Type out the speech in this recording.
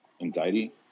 anxiety